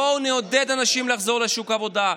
בואו נעודד אנשים לחזור לשוק העבודה,